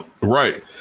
Right